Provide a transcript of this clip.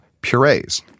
purees